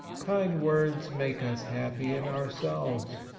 kind words make us happy in ourselves.